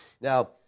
Now